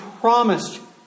promised